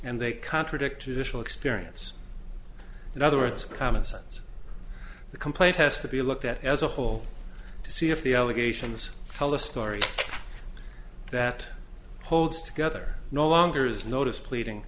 and they contradict additional experience in other words common sense the complaint has to be looked at as a whole to see if the allegations tell the story that holds together no longer is notice pleading